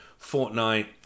Fortnite